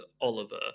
Oliver